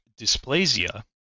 dysplasia